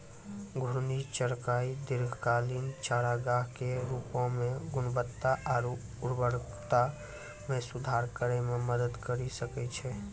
घूर्णि चराई दीर्घकालिक चारागाह के रूपो म गुणवत्ता आरु उर्वरता म सुधार करै म मदद करि सकै छै